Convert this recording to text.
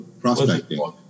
prospecting